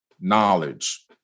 knowledge